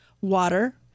water